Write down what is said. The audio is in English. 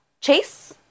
Chase